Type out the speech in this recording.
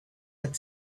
had